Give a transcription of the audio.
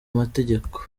mategeko